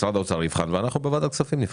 משרד האוצר יבחן, ואנחנו בוועדת כספים נבחן.